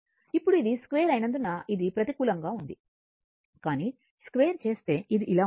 ఇప్పుడు ఇది స్క్వేర్ అయినందున ఇది ప్రతికూలంగా ఉంది కానీ స్క్వేర్ చేస్తే ఇది ఇలా ఉంటుంది